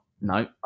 No